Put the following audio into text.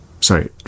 sorry